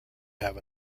have